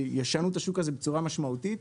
שישנו את השוק הזה בצורה משמעותית,